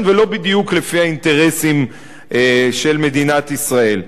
ולא בדיוק לפי האינטרסים של מדינת ישראל.